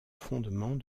fondement